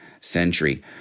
century